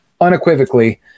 unequivocally